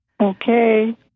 Okay